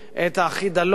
את החידלון,